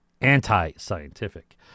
anti-scientific